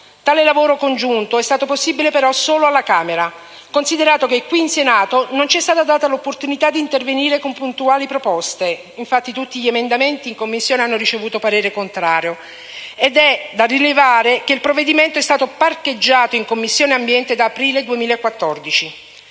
Tale lavoro congiunto è stato possibile però solo alla Camera, considerato che qui in Senato non ci è stata data l'opportunità di intervenire con puntuali proposte (tutti gli emendamenti, in Commissione, hanno ricevuto parere contrario) ed è da rilevare che il provvedimento è stato parcheggiato in Commissione ambiente da aprile 2014.